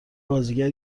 بازیگر